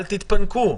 אל תתפנקו.